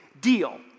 deal